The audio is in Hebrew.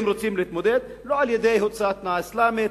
אם רוצים להתמודד לא על-ידי הוצאת התנועה האסלאמית.